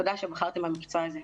תודה שבחרתם במקצוע הזה.